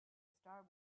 star